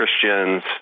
Christians